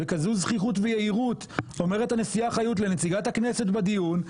בכזו זחיחות ויהירות אומרת הנשיאה חיות לנציגת הכנסת בדיון,